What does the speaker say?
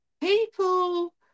people